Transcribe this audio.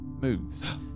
moves